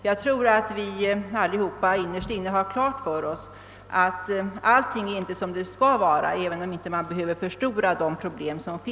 Jag tror att vi alla innerst inne har klart för oss, att allting inte är som det skall vara, även om man inte behöver förstora problemen.